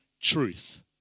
truth